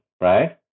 right